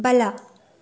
ಬಲ